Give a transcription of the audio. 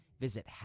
Visit